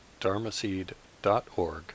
dharmaseed.org